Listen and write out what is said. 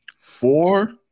four